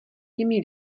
těmi